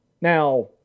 Now